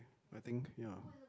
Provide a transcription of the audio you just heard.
I think ya